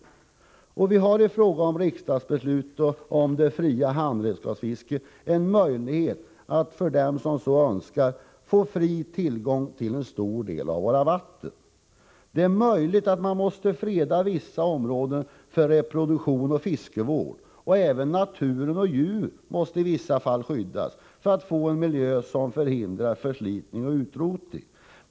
I och med ett riksdagsbeslut om fritt fiske med handredskap finns det en möjlighet för dem som så önskar att få fri tillgång till en stor del av våra vatten. Det är möjligt att man måste skydda vissa områden, för reproduktion och fiskevård, och även natur och djur måste i vissa fall skyddas, för att vi skall få en miljö som förhindrar förslitning och utrotning.